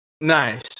Nice